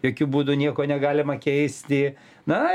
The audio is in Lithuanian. jokiu būdu nieko negalima keisti na